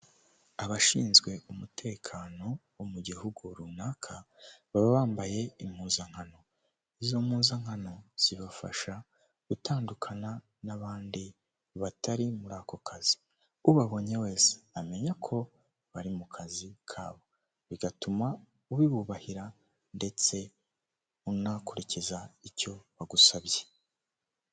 Hoteri nini iri mu bwoko bwa etaje igeretse gatatu yanditseho giriti apatimenti hoteri ivuze ko ari hoteri nziza irimo amacumbi akodeshwa.